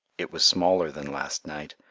it was smaller than last night,